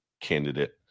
candidate